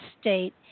state